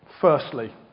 Firstly